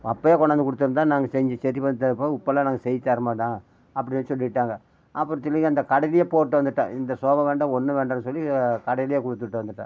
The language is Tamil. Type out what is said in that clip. அப்போயே கொண்டாந்து கொடுத்துருந்தா நாங்கள் செஞ்சு சரி பண்ணி தருவோம் இப்போலாம் நாங்கள் செஞ்சு தரமாட்டோம் அப்படின்னு சொல்லிவிட்டாங்க அப்புறம் திரும்பி அந்த கடையிலேயே போட்டு வந்துட்டன் இந்த சோபாவும் வேண்டாம் ஒன்றும் வேண்டாம்னு சொல்லி கடையிலேயே கொடுத்துட்டு வந்துட்டன்